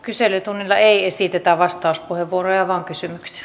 kyselytunnilla ei esitetä vastauspuheenvuoroja vaan kysymyksiä